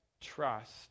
trust